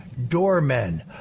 doormen